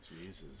jesus